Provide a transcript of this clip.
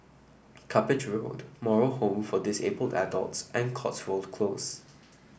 Cuppage Road Moral Home for Disabled Adults and Cotswold Close